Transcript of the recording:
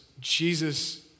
Jesus